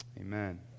Amen